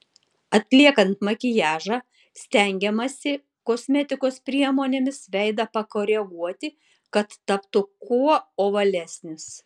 atliekant makiažą stengiamasi kosmetikos priemonėmis veidą pakoreguoti kad taptų kuo ovalesnis